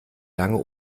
lange